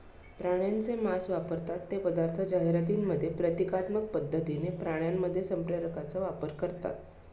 प्राण्यांचे मांस वापरतात ते पदार्थ जाहिरातींमध्ये प्रतिकात्मक पद्धतीने प्राण्यांमध्ये संप्रेरकांचा वापर करतात